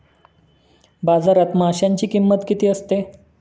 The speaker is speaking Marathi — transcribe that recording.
बाजारात माशांची किंमत किती असते?